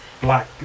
black